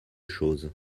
chose